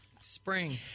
spring